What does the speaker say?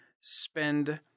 spend